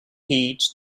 heed